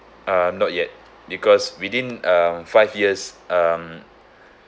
(um not yet because within uh five years um